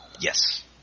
Yes